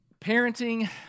Parenting